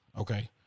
Okay